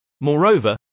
Moreover